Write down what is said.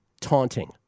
taunting